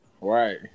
Right